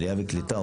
עלייה וקליטה,